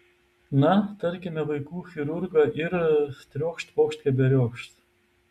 na tarkime vaikų chirurgą ir triokšt pokšt keberiokšt